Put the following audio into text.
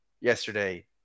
yesterday